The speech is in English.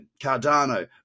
Cardano